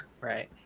right